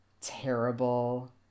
terrible